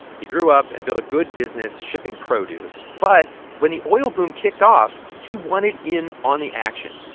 he grew up and built a good business shipping produce. but when the oil boom kicked off, he wanted in on the action.